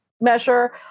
measure